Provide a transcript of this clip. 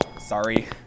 Sorry